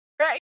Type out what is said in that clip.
Right